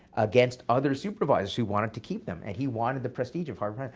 against other supervisors who wanted to keep them. and he wanted the prestige of harvard.